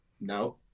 no